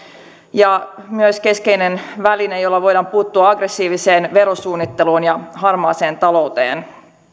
ja myös keskeinen väline jolla voidaan puuttua aggressiiviseen verosuunnitteluun ja harmaaseen talouteen